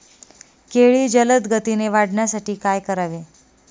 केळी जलदगतीने वाढण्यासाठी काय करावे?